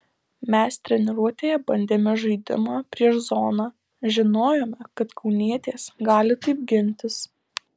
mes treniruotėje bandėme žaidimą prieš zoną žinojome kad kaunietės gali taip gintis